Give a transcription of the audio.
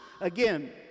Again